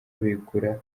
begura